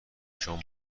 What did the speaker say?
شام